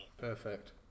perfect